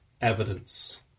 evidence